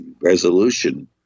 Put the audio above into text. resolution